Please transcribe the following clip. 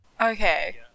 Okay